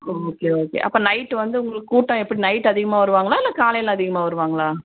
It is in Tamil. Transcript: ஓகே ஓகே அப்போ நைட்டு வந்து உங்களுக்கு கூட்டம் எப்படி நைட்டு அதிகமாக வருவாங்களா இல்லை காலையில் அதிகமாக வருவாங்களா